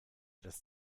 dass